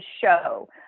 show